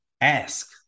ask